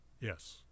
Yes